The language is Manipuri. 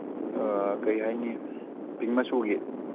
ꯀꯔꯤ ꯍꯥꯏꯅꯤ ꯄꯤꯡꯛ ꯃꯆꯨꯒꯤ